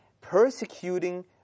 persecuting